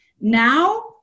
Now